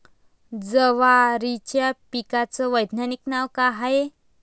जवारीच्या पिकाचं वैधानिक नाव का हाये?